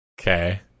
okay